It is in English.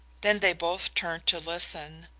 then they both turned to listen.